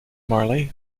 marley